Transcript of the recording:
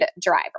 driver